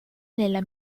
nella